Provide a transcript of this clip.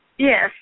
Yes